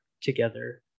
together